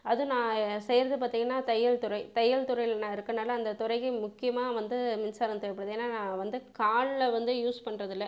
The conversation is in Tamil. அதுவும் நான் செய்வது பார்த்தீங்கனா தையல் துறை தையல் துறையில் நான் இருக்குகிறதுனால அந்த துறையில் முக்கியமாக வந்து மின்சாரம் தேவைப்படுது ஏன்னா நான் வந்து காலில் வந்து யூஸ் பண்ணறதுல்ல